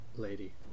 Lady